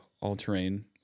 all-terrain